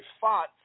fought